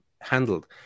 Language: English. handled